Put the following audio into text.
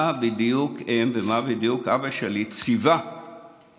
מה בדיוק הם ומה בדיוק אבא שלי ציווה במותו,